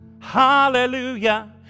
Hallelujah